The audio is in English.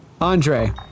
Andre